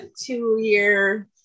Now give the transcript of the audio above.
two-year